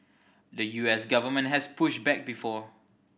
the U S government has pushed back before